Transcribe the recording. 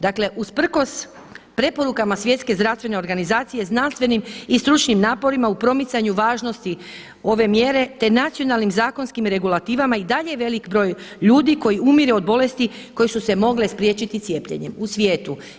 Dakle usprkos preporukama Svjetske zdravstvene organizacije znanstvenim i stručnim naporima u promicanju važnosti ove mjere te nacionalnim zakonskim regulativama i dalje je velik broj ljudi koji umiru od bolesti koje su se mogle spriječiti cijepljenjem u svijetu.